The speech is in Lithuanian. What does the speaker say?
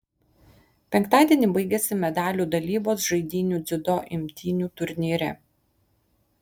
penktadienį baigėsi medalių dalybos žaidynių dziudo imtynių turnyre